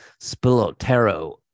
Spilotero